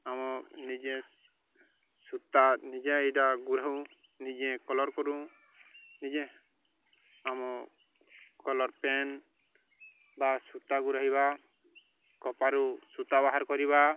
ଆମ ନିଜେ ସୂତା ନିଜେ ଏଇଟା ଗୁଉ ନିଜେ କଲର୍ କରୁ ନିଜେ ଆମ କଲର୍ ପେନ୍ ବା ସୂତା ଗୁହେଇବା କପାରୁ ସୂତା ବାହାର କରିବା